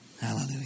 Hallelujah